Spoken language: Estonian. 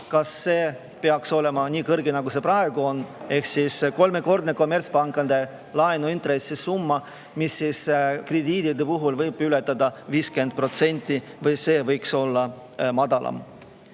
kas see peaks olema nii kõrge, nagu see praegu on, ehk siis kolmekordne kommertspankade laenuintressi summa, mis krediidi puhul võib ületada 50%, või see võiks olla madalam. Samuti